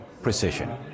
precision